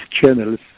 channels